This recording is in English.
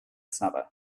snapper